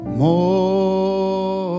more